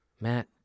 Matt